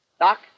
Doc